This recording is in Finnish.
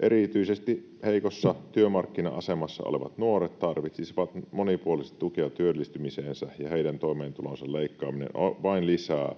Erityisesti heikossa työmarkkina-asemassa olevat nuoret tarvitsisivat monipuolista tukea työllistymiseensä, ja heidän toimeentulonsa leikkaaminen vain lisää